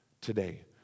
today